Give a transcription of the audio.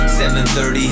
7.30